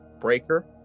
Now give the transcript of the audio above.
Breaker